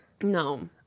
No